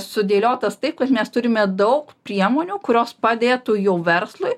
sudėliotas taip kad mes turime daug priemonių kurios padėtų jau verslui